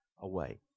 away